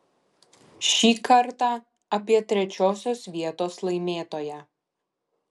šį kartą apie trečiosios vietos laimėtoją